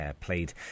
played